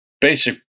basic